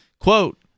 quote